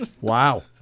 Wow